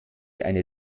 eine